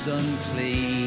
unclean